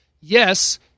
yes